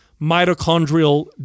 mitochondrial